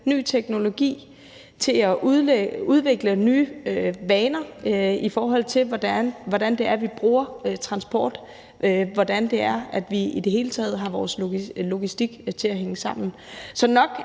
ny teknologi, til at udvikle nye vaner i forhold til, hvordan vi bruger transport, og hvordan vi i det hele taget har vores logistik til at hænge sammen. Så nok